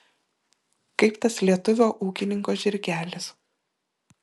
kaip tas lietuvio ūkininko žirgelis